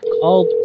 called